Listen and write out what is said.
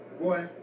Boy